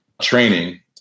training